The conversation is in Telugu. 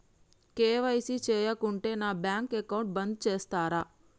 కే.వై.సీ చేయకుంటే నా బ్యాంక్ అకౌంట్ బంద్ చేస్తరా?